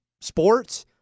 sports